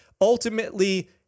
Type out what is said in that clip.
Ultimately